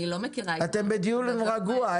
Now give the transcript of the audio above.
אתם בדיון רגוע.